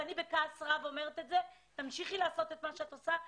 ואני בכעס רב אומרת את זה תמשיכי לעשות את מה שאת עושה,